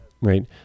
Right